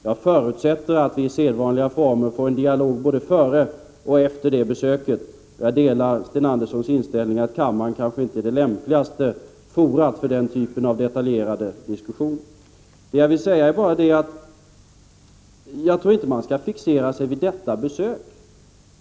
Jag förutsätter att vi i sedvanliga former får en dialog både före och efter det besöket. Jag delar Sten Anderssons inställning att kammaren kanske inte är det lämpligaste av fora för den typen av detaljerade diskussioner. Jag vill bara säga att jag tror inte att man skall fixera sig vid detta besök.